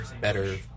better